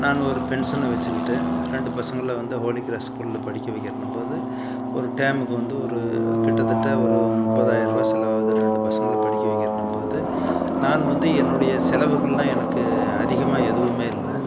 நான் ஒரு பென்சனை வைச்சுக்கிட்டு ரெண்டு பசங்களை வந்து ஹோலி கிராஸ் ஸ்கூலில் படிக்க வைக்கிறன்னும் போது ஒரு டேமுக்கு வந்து ஒரு கிட்ட தட்ட ஒரு முப்பதாயிரம் ரூபா செலவாகுது ரெண்டு பசங்களை படிக்க வைக்கிறன்னும் போது நான் வந்து என்னுடைய செலவுகளெலாம் எனக்கு அதிகமாக எதுவுமே இல்லை